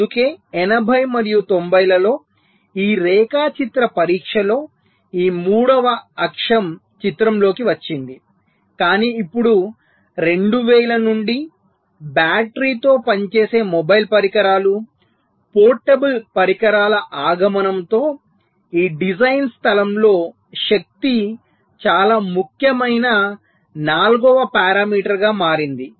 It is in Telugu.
అందుకే 80 మరియు 90 లలో ఈ రేఖాచిత్ర పరీక్షలో ఈ మూడవ అక్షం చిత్రంలోకి వచ్చింది కానీ ఇప్పుడు 2000 నుండి బ్యాటరీతో పనిచేసే మొబైల్ పరికరాలు పోర్టబుల్ పరికరాల ఆగమనంతో ఈ డిజైన్ స్థలంలో శక్తి చాలా ముఖ్యమైన నాల్గవ పరామితిగా మారింది